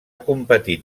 competit